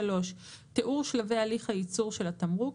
תיאור שלבי הליך הייצור של התמרוק.